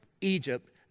Egypt